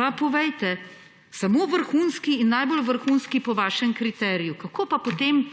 povejte – samo vrhunski in najbolj vrhunski po vašem kriteriju – kako pa potem